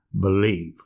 believe